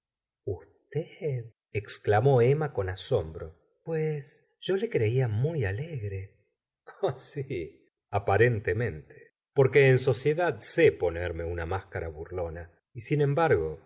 exclamó emma con asombro pues yo le creía muy alegre ah si aparentemente porque en sociedad se ponerme una máscara burlona y sin elnbargo